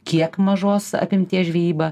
kiek mažos apimties žvejybą